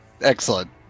Excellent